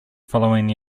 following